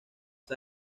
que